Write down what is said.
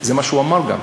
זה מה שהוא אמר גם.